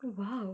oh !wow!